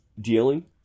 dealing